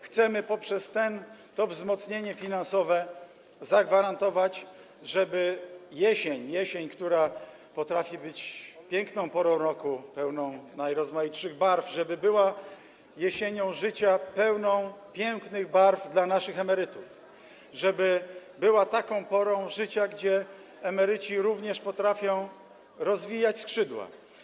Chcemy poprzez to wzmocnienie finansowe zagwarantować, żeby jesień życia - jesień, która potrafi być piękną porą roku, pełną najrozmaitszych barw - była pełna pięknych barw dla naszych emerytów, żeby była taką porą życia, kiedy emeryci również potrafią rozwijać skrzydła.